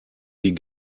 die